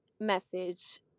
message